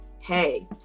hey